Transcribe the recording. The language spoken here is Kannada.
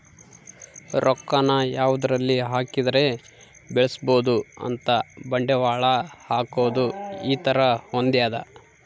ರೊಕ್ಕ ನ ಯಾವದರಲ್ಲಿ ಹಾಕಿದರೆ ಬೆಳ್ಸ್ಬೊದು ಅಂತ ಬಂಡವಾಳ ಹಾಕೋದು ಈ ತರ ಹೊಂದ್ಯದ